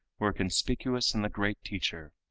were conspicuous in the great teacher.